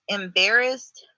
embarrassed